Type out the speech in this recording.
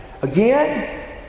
Again